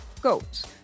goats